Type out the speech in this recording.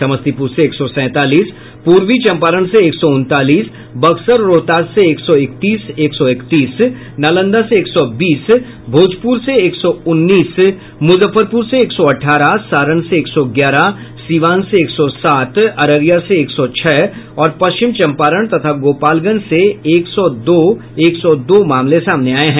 समस्तीपुर से एक सौ सैंतालीस पूर्वी चम्पारण से एक सौ उनतालीस बक्सर और रोहतास से एक सौ इकतीस एक सौ इकतीस नालंदा से एक सौ बीस भोजपुर से एक सौ उन्नीस मुजफ्फरपुर से एक सौ अठारह सारण से एक सौ ग्यारह सीवान से एक सौ सात अररिया से एक सौ छह और पश्चिम चम्पारण तथा गोपालगंज से एक सौ दो एक सौ दो मामले सामने आये हैं